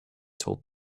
told